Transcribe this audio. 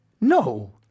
No